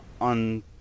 On